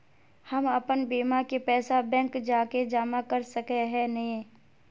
हम अपन बीमा के पैसा बैंक जाके जमा कर सके है नय?